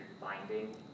binding